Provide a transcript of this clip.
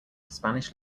spanish